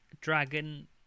Dragon